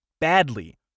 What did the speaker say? badly